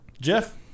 Jeff